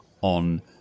on